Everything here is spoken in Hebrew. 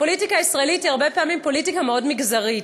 הפוליטיקה הישראלית היא הרבה פעמים פוליטיקה מאוד מגזרית.